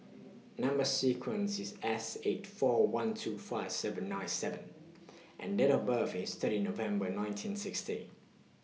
Number sequence IS S eight four one two five seven nine seven and Date of birth IS thirty November nineteen sixty